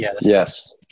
Yes